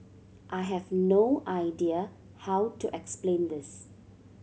I have no idea how to explain this